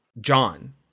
John